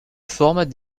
forment